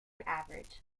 average